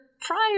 prior